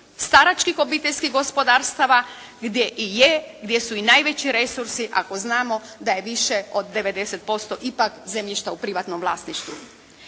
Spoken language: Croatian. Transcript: staračkih obiteljskih gospodarstava gdje i je, gdje su i najveći resursi ako znamo da je više od 90% ipak zemljišta u privatnom vlasništvu.